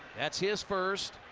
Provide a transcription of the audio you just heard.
that's his first.